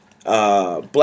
Black